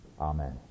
Amen